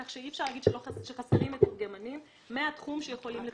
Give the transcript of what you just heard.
כך שאי אפשר להגיד שחסרים מתורגמנים מהתחום שיכולים לתרגם.